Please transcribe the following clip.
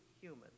human